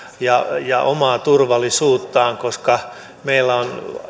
ja ja omaa turvallisuuttaan koska meillä on